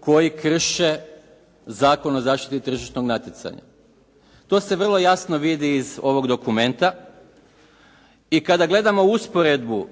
koji krše Zakon o zaštiti tržišnog natjecanja. To se vrlo jasno vidi iz ovog dokumenta i kada gledamo usporedbu